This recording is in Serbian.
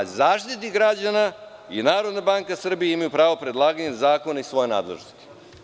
Zaštitnik građana i Narodna banka Srbije imaju pravo predlaganja zakona iz svoje nadležnosti.